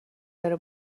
داره